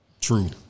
True